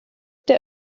der